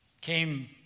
came